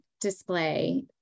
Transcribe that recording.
display